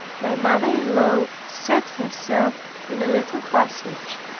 my mother-in-law set herself in a little passage,